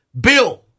Bill